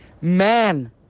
man